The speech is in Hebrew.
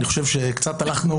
אני חושב שקצת הלכנו